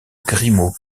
grimaud